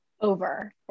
Over